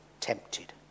tempted